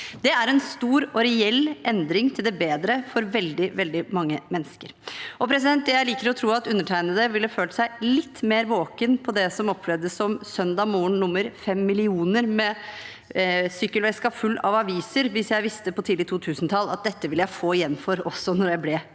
Det er en stor og reell endring til det bedre for veldig mange mennesker. Jeg liker å tro at undertegnede ville følt seg litt mer våken på det som opplevdes som søndag morgen nummer fem millioner, med sykkelveska full av aviser, hvis jeg tidlig på 2000-tallet hadde visst at det arbeidet ville jeg få igjen for også når jeg ble